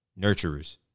nurturers